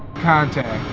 contact.